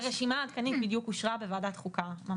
הרשימה העדכנית בדיוק אושרה בוועדת החוקה.